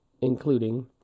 including